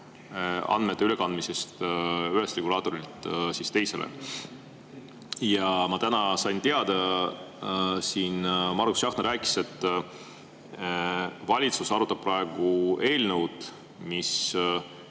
andmete ülekandmisest ühelt regulaatorilt teisele. Ma täna sain teada, siin Margus Tsahkna rääkis, et valitsus arutab praegu eelnõu, mis